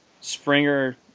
Springer